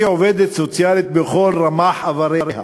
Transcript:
היא עובדת סוציאלית בכל רמ"ח איבריה,